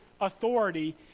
authority